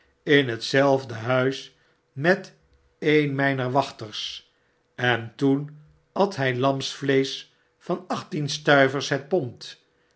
in hetzelfde huis met een mijner wachters en toen at hij lamsvleesch van achttien stuivers het pond